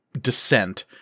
descent